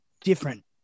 different